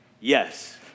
yes